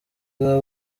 baba